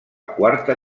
quarta